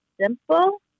simple